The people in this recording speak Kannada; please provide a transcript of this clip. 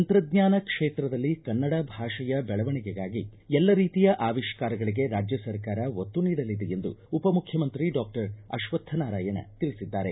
ತಂತ್ರಜ್ಞಾನ ಕ್ಷೇತ್ರದಲ್ಲಿ ಕನ್ನಡ ಭಾಷೆಯ ದೆಳವಣಿಗೆಗಾಗಿ ಎಲ್ಲ ರೀತಿಯ ಆವಿಷ್ಕಾರಗಳಿಗೆ ರಾಜ್ಯ ಸರ್ಕಾರ ಒತ್ತು ನೀಡಲಿದೆ ಎಂದು ಉಪಮುಖ್ಯಮಂತ್ರಿ ಡಾಕ್ಟರ್ ಅಕ್ವತ್ತ ನಾರಾಯಣ ತಿಳಿಸಿದ್ದಾರೆ